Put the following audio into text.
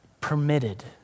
permitted